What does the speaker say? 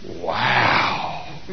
Wow